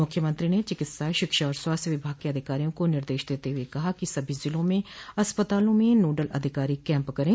मुख्यमंत्री ने चिकित्सा शिक्षा और स्वास्थ्य विभाग के अधिकारियों को निर्देश देते हुए कहा कि सभी जिलों में अस्पतालों में नोडल अधिकारी कैम्प करे